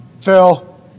Phil